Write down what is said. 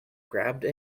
grabbed